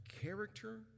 character